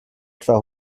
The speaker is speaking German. etwa